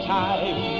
time